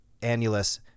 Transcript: annulus